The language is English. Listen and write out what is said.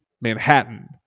Manhattan